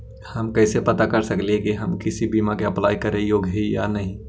हम कैसे पता कर सकली हे की हम किसी बीमा में अप्लाई करे योग्य है या नही?